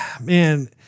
man